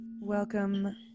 Welcome